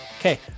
Okay